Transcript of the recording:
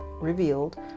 revealed